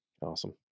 Awesome